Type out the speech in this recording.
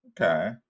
Okay